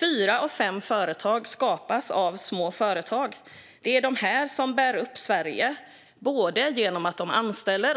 Fyra av fem jobb skapas i små företag, och det är de som bär upp Sverige både genom att